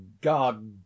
god